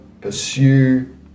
pursue